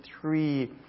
three